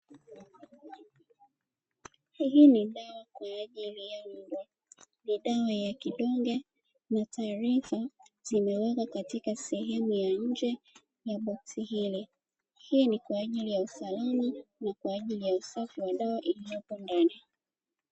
Hii ni dawa kwa ajili ya mbwa, ni dawa ya kidonge na taarifa zimewekwa katika sehemu ya nje ya boksi hili, hii ni kwa ajili ya usalama na kwa ajili ya usafi wa dawa iliyoko ndani.